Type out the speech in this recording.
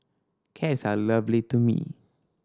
cats are lovely to me